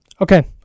Okay